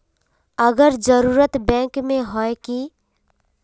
अगर जरूरत बैंक में होय है की?